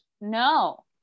No